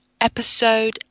Episode